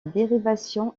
dérivation